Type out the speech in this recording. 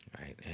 right